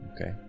Okay